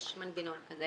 יש מנגנון כזה.